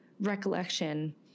recollection